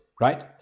right